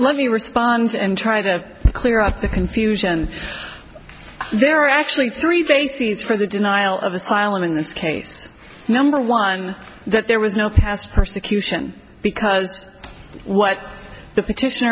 let me respond and try to clear up the confusion there are actually three bases for the denial of asylum in this case number one that there was no past persecution because what the petition